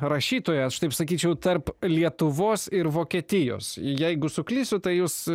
rašytoja aš taip sakyčiau tarp lietuvos ir vokietijos jeigu suklysiu tai jūs